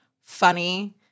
funny